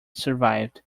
survived